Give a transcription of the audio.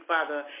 Father